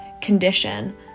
condition